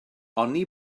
oni